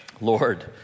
Lord